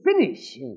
finish